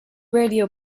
radio